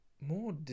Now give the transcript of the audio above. more